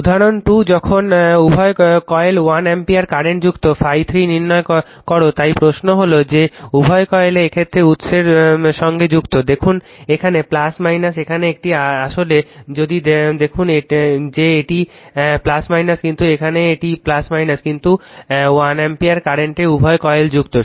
উদাহরণ 2 যখন উভয় কয়েল 1 অ্যাম্পিয়ার কারেন্টে যুক্ত ∅ 3 নির্ণয় করো তাই প্রশ্ন হল যে উভয় কয়েল এই ক্ষেত্রে উৎসের সঙ্গে যুক্ত দেখুন এখানে এখানে এটি আসলে যদি দেখুন যে এখানে এটি কিন্তু এখানে এটি কিন্তু 1 অ্যাম্পিয়ার কারেন্ট উভয় কয়েল যুক্ত